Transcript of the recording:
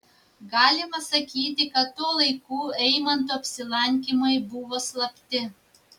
galima sakyti kad tuo laiku eimanto apsilankymai buvo slapti